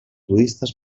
budistes